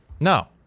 No